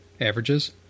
averages